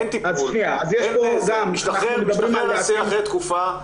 אין טיפול, משתחרר אסיר אחרי תקופה,